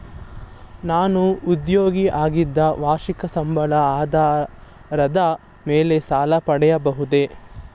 ನಾನು ಉದ್ಯೋಗಿ ಆಗಿದ್ದು ಮಾಸಿಕ ಸಂಬಳದ ಆಧಾರದ ಮೇಲೆ ಸಾಲ ಪಡೆಯಬಹುದೇ?